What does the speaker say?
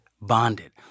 bonded